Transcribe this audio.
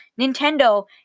Nintendo